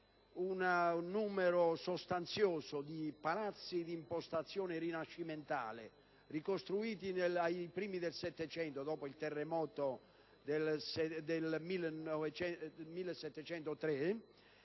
un numero sostanzioso di palazzi di impostazione rinascimentale, ricostruiti ai primi del Settecento, dopo il terremoto del 1703,